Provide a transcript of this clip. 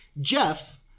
Jeff